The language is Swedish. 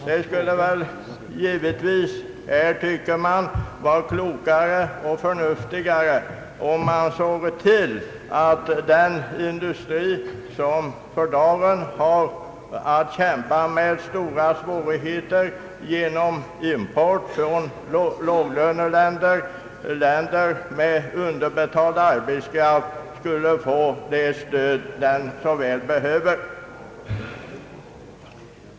Jag tycker att det skulle vara klokare och förnuftigare att se till att den industri som för dagen har stora svårigheter på grund av import från låglöneländer, länder med underbetald ar betskraft, får det stöd den så väl behöver.